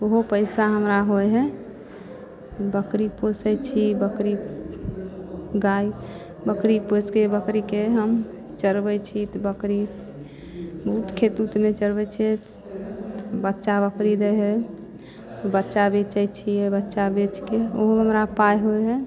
ओहो पइसा हमरा होइ हइ बकरी पोसै छी बकरी गाइ बकरी पोसिके बकरीके हम चरबै छी तऽ बकरी बहुत खेत उतमे चरबै छिए बच्चा बकरी दै हइ बच्चा बेचै छिए बच्चा बेचिकऽ ओहोमे हमरा पाइ होइ हइ